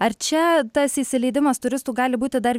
ar čia tas įsileidimas turistų gali būti dar